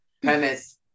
Premise